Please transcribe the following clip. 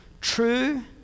True